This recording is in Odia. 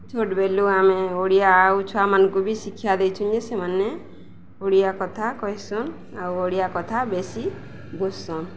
ଛୋଟ୍ ବେଲୁ ଆମେ ଓଡ଼ିଆ ଆଉ ଛୁଆମାନ୍କୁ ବି ଶିକ୍ଷା ଦେଇଚୁଁ ଯେ ସେମାନେ ଓଡ଼ିଆ କଥା କହେସନ୍ ଆଉ ଓଡ଼ିଆ କଥା ବେଶି ବୁଝ୍ସନ୍